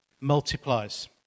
multiplies